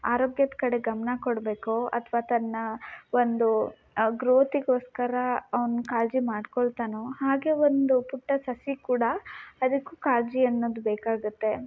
ಆರೋಗ್ಯದ ಕಡೆ ಗಮನ ಕೊಡ್ಬೇಕೋ ಅಥ್ವಾ ತನ್ನ ಒಂದು ಗ್ರೋತಿಗೋಸ್ಕರ ಅವ್ನು ಕಾಳಜಿ ಮಾಡ್ಕೊಳ್ತಾನೋ ಹಾಗೆ ಒಂದು ಪುಟ್ಟ ಸಸಿ ಕೂಡ ಅದಕ್ಕು ಕಾಳಜಿ ಅನ್ನೋದು ಬೇಕಾಗತ್ತೆ